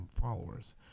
followers